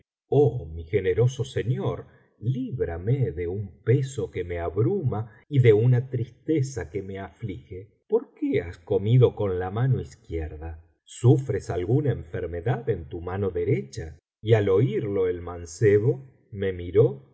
oh mi generoso señor líbrame de un peso que me abruma y de una tristeza que me aflige por qué has comido con la mano izquierda sufres alguna enfermedad en tu mano derecha y al oirlo el mancebo me miró